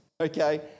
Okay